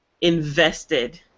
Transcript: invested